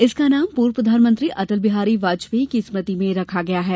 इसका नाम पूर्व प्रधानमंत्री अटल बिहारी वाजपेयी की स्मृति में रखा गया है